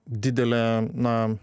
didelė na